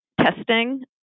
testing